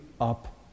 up